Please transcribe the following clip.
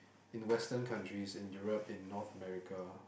in western countries in Europe in North America